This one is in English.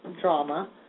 drama